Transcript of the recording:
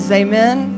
amen